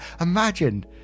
Imagine